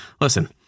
listen